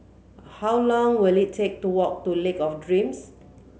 how long will it take to walk to Lake of Dreams